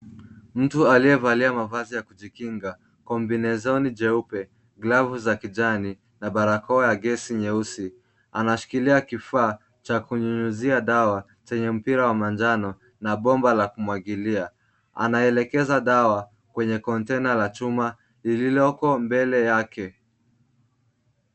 Mtu aliyevalia mavazi ya kujikinga kombinezoni jeupe, glavu za kijani na barakoa ya gesi nyeusi, anashikilia kifaa cha kunyunyuzia dawa chenye mpira wa manjano na bomba la kumwagilia. Anaelekeza dawa kwenye container la chuma lililoko mbele yake.